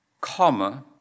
comma